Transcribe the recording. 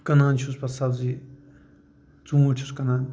کٕنان چھُس پَتہٕ سبزِی ژوٗنٛٹھۍ چھُس کٕنان